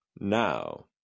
Now